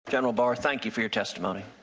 general barr, thank you for your testimony.